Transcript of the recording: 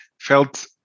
felt